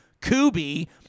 Kubi